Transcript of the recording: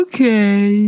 Okay